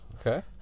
Okay